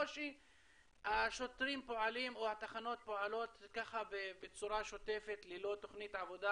או שהשוטרים פועלים או התחנות פועלות בצורה שוטפת ללא תוכנית עבודה